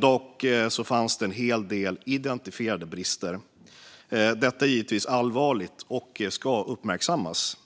Dock fanns en hel del identifierade brister. Detta är givetvis allvarligt och ska uppmärksammas,